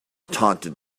taunted